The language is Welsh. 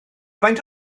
faint